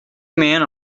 men